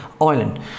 Island